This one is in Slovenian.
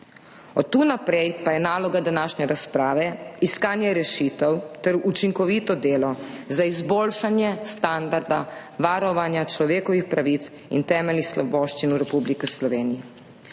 Od tu naprej pa je naloga današnje razprave iskanje rešitev ter učinkovito delo za izboljšanje standarda varovanja človekovih pravic in temeljnih svoboščin v Republiki Sloveniji.